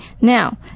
Now